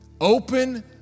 open